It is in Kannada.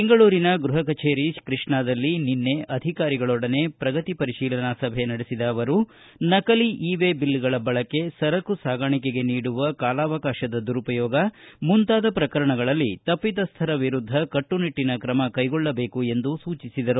ಬೆಂಗಳೂರಿನ ಗೃಹ ಕಛೇರಿ ಕೃಷ್ಣಾದಲ್ಲಿ ನಿನ್ನೆ ಅಧಿಕಾರಿಗಳೊಡನೆ ಪ್ರಗತಿ ಪರಿಶೀಲನಾ ಸಭೆ ನಡೆಸಿದ ಅವರು ನಕಲಿ ಇ ವೇ ಬಿಲ್ಗಳ ಬಳಕೆ ಸರಕು ಸಾಗಾಣಿಕೆಗೆ ನೀಡುವ ಕಾಲಾವಕಾಶದ ದುರುಪಯೋಗ ಮುಂತಾದ ಪ್ರಕರಣಗಳಲ್ಲಿ ತಪ್ಪಿತಸ್ಥರ ವಿರುದ್ಧ ಕಟ್ಟುನಿಟ್ಟನ ಕ್ರಮ ಕೈಗೊಳ್ಳಬೇಕು ಎಂದು ಸೂಚಿಸಿದರು